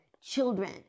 children